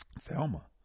Thelma